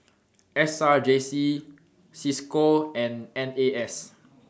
S R J C CISCO and N A S